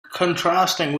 contrasting